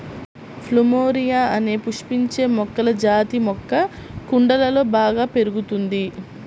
plumeria అనే పుష్పించే మొక్కల జాతి మొక్క కుండలలో బాగా పెరుగుతుంది